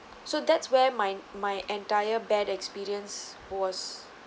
so that's where my my entire bad experience was